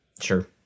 Sure